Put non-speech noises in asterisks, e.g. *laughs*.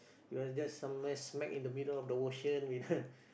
you are just somewhere smack in the middle of the ocean *laughs*